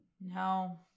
No